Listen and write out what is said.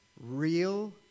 real